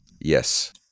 Yes